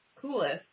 coolest